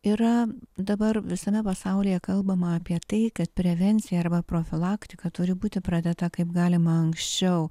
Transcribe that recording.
yra dabar visame pasaulyje kalbama apie tai kad prevencija arba profilaktika turi būti pradėta kaip galima anksčiau